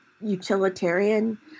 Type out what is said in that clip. utilitarian